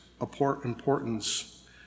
importance